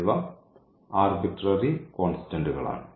എന്നിവ ആർബിട്രറി കോൺസ്റ്റന്റ്കളാണ്